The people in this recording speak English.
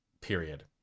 period